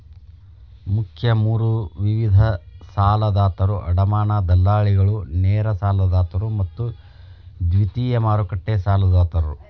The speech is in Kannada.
ಮುಖ್ಯ ಮೂರು ವಿಧದ ಸಾಲದಾತರು ಅಡಮಾನ ದಲ್ಲಾಳಿಗಳು, ನೇರ ಸಾಲದಾತರು ಮತ್ತು ದ್ವಿತೇಯ ಮಾರುಕಟ್ಟೆ ಸಾಲದಾತರು